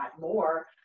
more